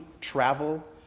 travel